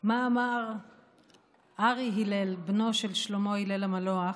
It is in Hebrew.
מה אמר ארי הלל, בנו של שלמה הלל המנוח,